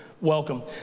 welcome